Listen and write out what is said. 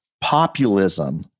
populism